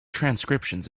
transcriptions